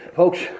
folks